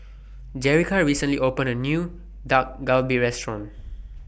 Jerrica recently opened A New Dak Galbi Restaurant